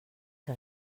que